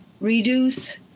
reduce